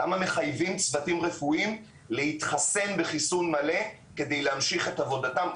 למה מחייבים צוותים רפואיים להתחסן בחיסון מלא כדי להמשיך את עבודתם?